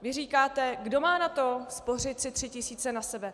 Vy říkáte: Kdo má na to spořit si tři tisíce na sebe?